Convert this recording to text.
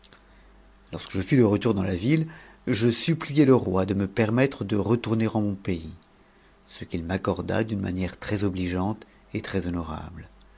lorsque je fus de retour dans la ville je suppliai le roi de me permettre m tp retourner en mon pays ce qu'il m'accorda d'une manière très oblit attte et